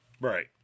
Right